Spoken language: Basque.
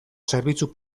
zerbitzu